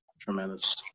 Tremendous